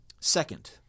Second